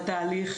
אתמול אני,